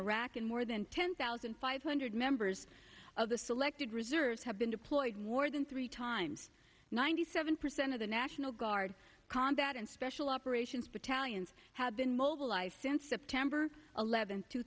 iraq and more than ten thousand five hundred members of the selected reserves have been deployed more than three times ninety seven percent of the national guard combat and special operations battalions have been mobilized since september eleventh two